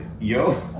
yo